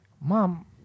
mom